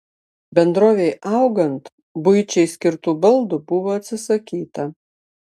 bendrovei augant buičiai skirtų baldų buvo atsisakyta